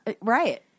Right